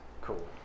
Cool